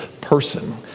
person